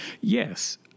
Yes